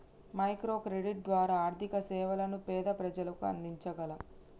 micro credit ద్వారా ఆర్థిక సేవలను పేద ప్రజలకు అందించగలం